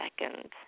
second